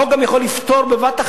החוק גם יכול לפתור בבת-אחת,